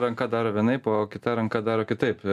ranka daro vienaip o kita ranka daro kitaip